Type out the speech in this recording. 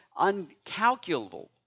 uncalculable